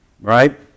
right